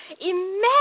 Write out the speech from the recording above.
Imagine